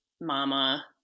Mama